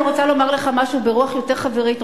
אני רוצה לומר לך משהו ברוח יותר חברית,